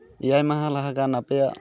ᱮᱭᱟᱭ ᱢᱟᱦᱟ ᱞᱟᱦᱟ ᱜᱟᱱ ᱟᱯᱮᱭᱟᱜ